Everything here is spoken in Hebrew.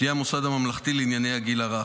שתהיה המוסד הממלכתי לענייני הגיל הרך.